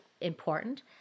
important